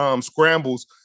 scrambles